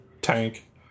tank